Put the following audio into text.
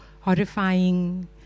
horrifying